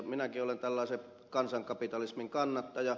minäkin olen tällaisen kansankapitalismin kannattaja